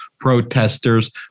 protesters